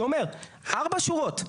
ארבע שורות,